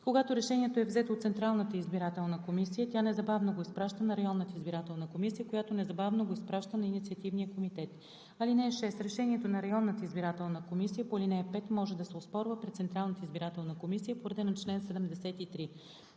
Когато решението е взето от Централната избирателна комисия, тя незабавно го изпраща на районната избирателна комисия, която незабавно го изпраща на инициативния комитет. (6) Решението на районната избирателна комисия по ал. 5 може да се оспорва пред Централната избирателна комисия по реда на чл. 73.